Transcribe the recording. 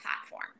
platform